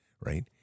right